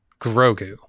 Grogu